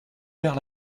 vers